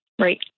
Right